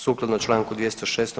Sukladno članku 206.